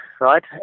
right